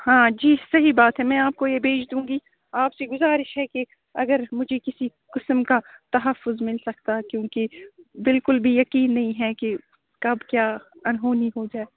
ہاں جی صحیح بات ہے میں آپ کو یہ بھیج دوں گی آپ سے گزارش ہے کہ اگر مجھے کسی قسم کا تحفظ مل سکتا ہے کیوں کہ بالکل بھی یقین نہیں ہے کہ کب کیا انہونی ہو جائے